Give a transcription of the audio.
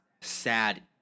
sad